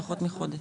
פחות מחודש.